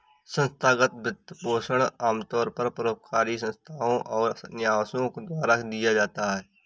संस्थागत वित्तपोषण आमतौर पर परोपकारी संस्थाओ और न्यासों द्वारा दिया जाता है